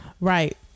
right